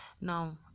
Now